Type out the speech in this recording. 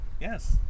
Yes